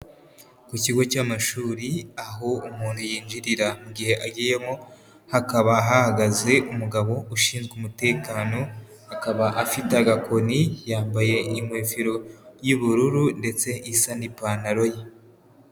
Ku kigo cy'amashuri aho umuntu yinjirira mu gihe agiyemo, hakaba hahagaze umugabo ushinzwe umutekano, akaba afite agakoni, yambaye ingofero y'ubururu ndetse isa n'ipantaro ye.